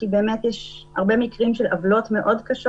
כי באמת יש הרבה מקרים של עוולות קשות מאוד,